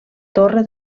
torre